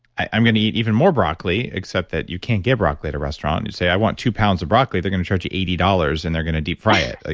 i'm going to eat even more broccoli, except that you can't get broccoli at a restaurant. if you say, i want two pounds of broccoli, they're going to charge you eighty dollars and they're going to deep fry it. ah